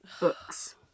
books